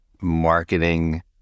marketing